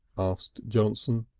asked johnson.